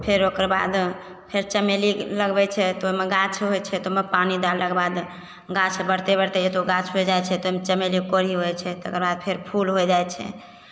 फेरो ओकरबाद फेर चमेली लगबैत छियै तऽ ओहिमे गाछ होइत छै तऽ ओहिमे पानि डाललाके बाद गाछ बढ़ते बढ़ते एतगो होइत छै ताहिमे चमेलीके कोढ़ी होइत छै तेकराबाद फेर फूल हो जाइत छै